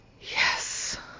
Yes